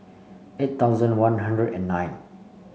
eight thousand One Hundred and nine